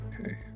Okay